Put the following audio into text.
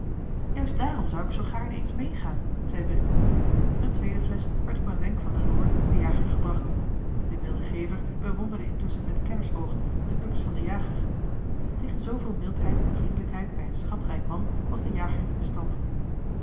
juist daarom zou ik zoo gaarne eens meegaan zei willem eene tweede flesch werd op een wenk van den lord den jager gebracht de milde gever bewonderde intusschen met kennersoogen de buks van den jager tegen zooveel mildheid en vriendelijkheid bij een schatrijk man was de jager niet bestand